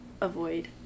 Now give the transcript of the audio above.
avoid